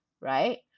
Right